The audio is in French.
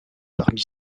parmi